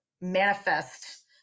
manifest